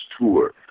tour